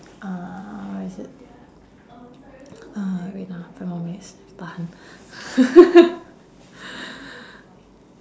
uh what is it uh wait ah five more minutes tahan